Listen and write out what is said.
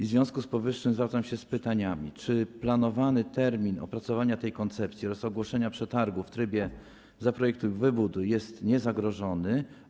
W związku z powyższym zwracam się z pytaniami: Czy planowany termin opracowania tej koncepcji oraz ogłoszenia przetargu w trybie „zaprojektuj i wybuduj” nie jest zagrożony?